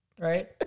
right